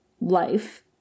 life